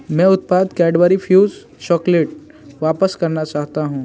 मैं उत्पाद Cadbury Fuse chocolate वापस करना चाहता हूँ